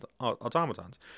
automatons